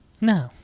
No